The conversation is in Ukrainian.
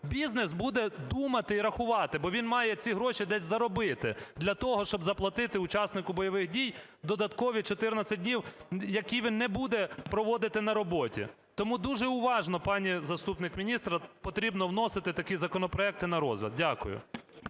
Бізнес буде думати і рахувати, бо він має ці гроші десь заробити для того, щоб заплатити учаснику бойових дій додаткові 14 днів, які він не буде проводити на роботі. Тому дуже уважно, пані заступник міністра, потрібно вносити такі законопроекти на розгляд. Дякую.